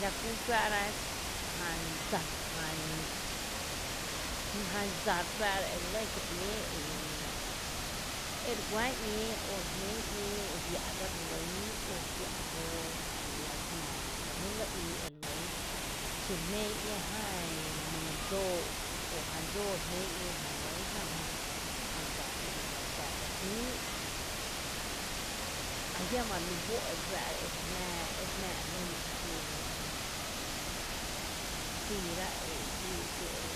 La kú juⱥⱥ’ra jan dsa jan ss jan dsa re juⱥⱥ’ra e lɇ kié ´ñéé e e re guá’n ‘ñéé o re jmén ‘ñéé e jia’ gá relyn o jia’ gá juⱥ’ la lⱥ la jnaa ta jmí’ kie’ íí ere lɇn xí re jmén ‘ñee jan mý dsoo o jan dsóó re jmen ‘ñee juⱥ’ re lɇn jan mý jan dsa i ma la xá gá jïï’ ajiama’ relí juó’ ere jmⱥⱥ e lɇ la’ xiru mjuiira xí xí e